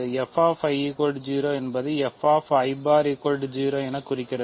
f 0 ஐ குறிக்கிறது